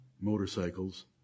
motorcycles